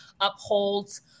upholds